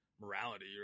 morality